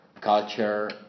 culture